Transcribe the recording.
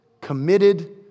committed